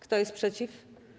Kto jest przeciw?